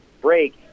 break